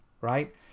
right